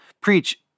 preach